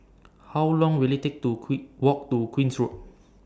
How Long Will IT Take to quick Walk to Queen's Road